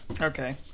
Okay